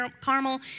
Carmel